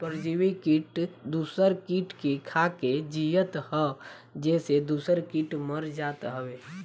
परजीवी किट दूसर किट के खाके जियत हअ जेसे दूसरा किट मर जात हवे